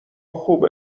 خوب